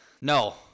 No